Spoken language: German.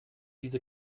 diese